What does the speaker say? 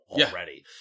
already